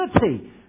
unity